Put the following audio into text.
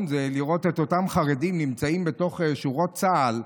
זה לראות את אותם חרדים נמצאים בשורות צה"ל,